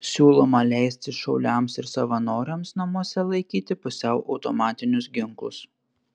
siūloma leisti šauliams ir savanoriams namuose laikyti pusiau automatinius ginklus